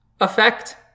effect